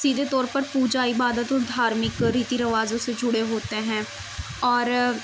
سیدھے طور پر پوجا عبادت دھارمک ریتی رواجوں سے جڑے ہوتے ہیں اور